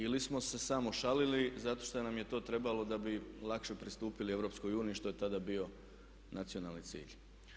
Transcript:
Ili smo se samo šalili zato šta nam je to trebalo da bi lakše pristupili EU što je tada bio nacionalni cilj.